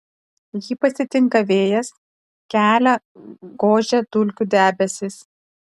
jį pasitinka vėjas kelią gožia dulkių debesys